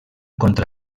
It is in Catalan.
contra